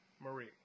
marie